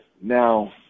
now